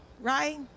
right